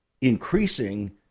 increasing